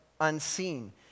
unseen